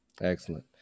excellent